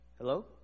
Hello